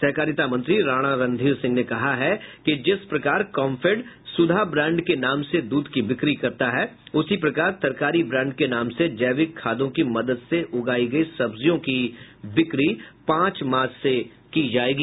सहकारिता मंत्री राणा रणधीर सिंह ने कहा है कि जिस प्रकार कम्फेड सुधा ब्रांड के नाम से दूध की बिक्री करती है उसी प्रकार तरकारी ब्रांड के नाम से जैविक खादों की मदद से उगायी गयी सब्जियों की बिक्री पांच मार्च से की जायेगी